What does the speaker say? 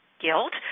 guilt